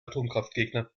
atomkraftgegner